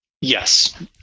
Yes